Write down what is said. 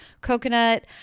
coconut